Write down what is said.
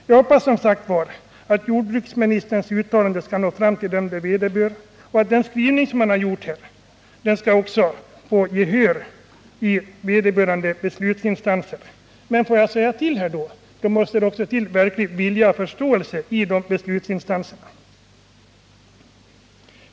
Jag hoppas, som sagt, att jordbruksministerns uttalande skall nå fram till dem det vederbör och att skrivningen vinner gehör i vederbörande beslutsinstanser. Men det fordras verklig vilja och förståelse i beslutsinstanserna.